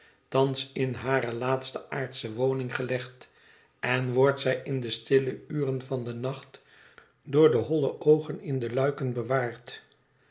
thans in hare laatste aardsche woning gelegd en wordt zij in de stille uren van den nacht door de holle oogen in de luiken bewaakt